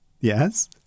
Yes